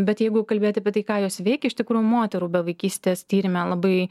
bet jeigu kalbėt apie tai ką jos veikė iš tikrųjų moterų bevaikystės tyrime labai